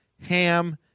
ham